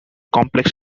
complex